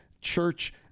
church